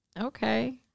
Okay